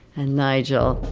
and nigel,